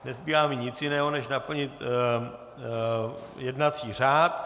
Nezbývá mi nic jiného než naplnit jednací řád.